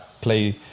play